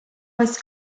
was